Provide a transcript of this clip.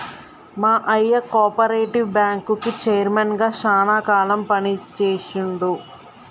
మా అయ్య కోపరేటివ్ బ్యాంకుకి చైర్మన్ గా శానా కాలం పని చేశిండు